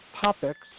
topics